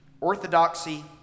orthodoxy